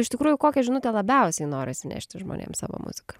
iš tikrųjų kokią žinutę labiausiai norisi nešti žmonėm savo muzika